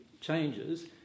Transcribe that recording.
changes